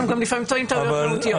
אנחנו גם לפעמים טועים טעויות מהותיות,